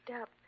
up